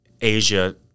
Asia